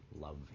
love